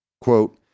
Quote